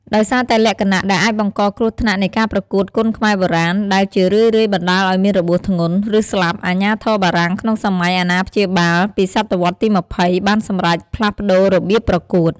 ដោយសារតែលក្ខណៈដែលអាចបង្កគ្រោះថ្នាក់នៃការប្រកួតគុនខ្មែរបុរាណ ដែលជារឿយៗបណ្តាលឱ្យមានរបួសធ្ងន់ ឬស្លាប់ អាជ្ញាធរបារាំងក្នុងសម័យអាណាព្យាបាល ពីសតវត្សទី២០ បានសម្រេចផ្លាស់ប្តូររបៀបប្រកួត។